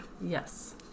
Yes